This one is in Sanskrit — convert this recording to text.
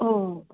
ओ